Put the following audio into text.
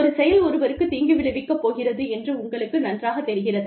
ஒரு செயல் ஒருவருக்குத் தீங்கு விளைவிக்கப் போகிறது என்று உங்களுக்கு நன்றாகத் தெரிகிறது